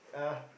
uh